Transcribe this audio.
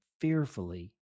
fearfully